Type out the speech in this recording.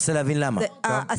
זה מה שאני אומר,